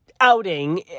outing